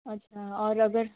अच्छा और अगर